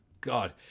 God